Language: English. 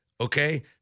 okay